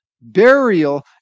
burial